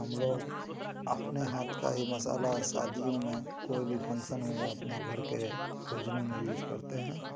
हम लोग अपने हाथ का ही मसाला शादियों में कोई भी फंक्शन में या अपने घर के भोजनों में यूज करते हैं